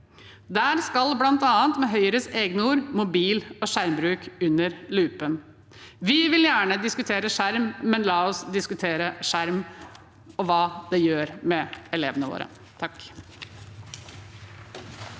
Der skal bl.a., med Høyres egne ord, mobil og skjermbruk under lupen. Vi vil gjerne diskutere skjerm, men la oss diskutere skjerm og hva det gjør med elevene våre.